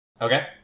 Okay